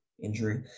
injury